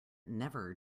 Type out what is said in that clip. never